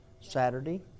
Saturday